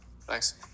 Thanks